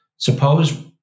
Suppose